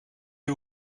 jij